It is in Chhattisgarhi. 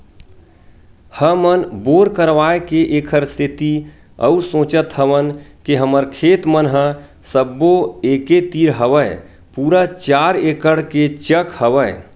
हमन बोर करवाय के ऐखर सेती अउ सोचत हवन के हमर खेत मन ह सब्बो एके तीर हवय पूरा चार एकड़ के चक हवय